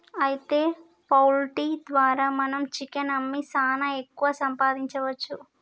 అయితే పౌల్ట్రీ ద్వారా మనం చికెన్ అమ్మి సాన ఎక్కువ సంపాదించవచ్చు